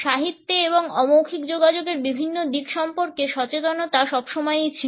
সাহিত্যে এবং অমৌখিক যোগাযোগের বিভিন্ন দিক সম্পর্কে সচেতনতা সবসময়ই ছিল